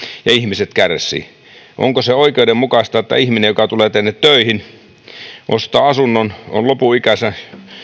ja ihmiset kärsivät onko se oikeudenmukaista että ihminen joka tulee tänne töihin ja ostaa asunnon on lopun ikäänsä